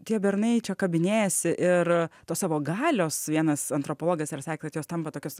tie bernai čia kabinėjasi ir tos savo galios vienas antropologas yra sakęs kad jos tampa tokios